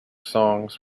songs